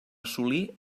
assolir